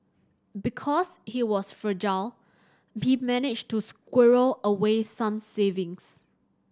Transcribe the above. because he was frugal he managed to squirrel away some savings